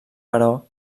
però